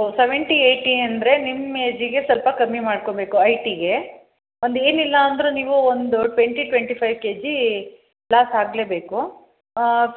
ಓ seventy eighty ಅಂದ್ರೆ ನಿಮ್ಮ ಏಜಿಗೆ ಸ್ವಲ್ಪ ಕಮ್ಮಿ ಮಾಡ್ಕೊಳ್ಬೇಕು ಐ ಟಿಗೆ ಒಂದು ಏನಿಲ್ಲ ಅಂದರು ನೀವು ಒಂದು twenty twenty five K G loss ಆಗಲೇಬೇಕು